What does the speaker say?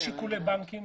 יש שיקולי בנקים,